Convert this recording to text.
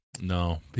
No